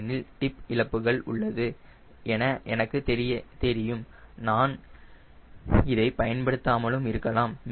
ஏனென்றால் டிப் இழப்புகள் உள்ளது என எனக்கு தெரியும் நான் இதை பயன்படுத்தாமலும் இருக்கலாம்